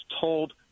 told